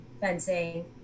fencing